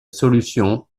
solutions